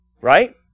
right